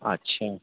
اچھا